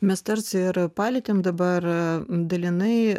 mes tarsi ir palietėm dabar dalinai